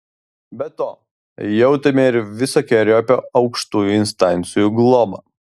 be to jautėme ir visokeriopą aukštųjų instancijų globą